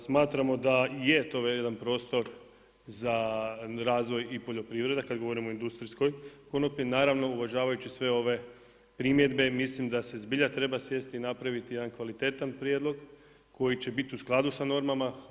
Smatramo da je to jedan prostor za razvoj i poljoprivrede kad govorimo o industrijskoj konoplji, naravno uvažavajući sve ove primjedbe mislim da se zbilja treba sjesti i napraviti jedan kvalitetan prijedlog koji će biti u skladu sa normama.